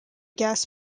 gas